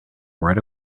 right